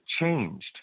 changed